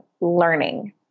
learning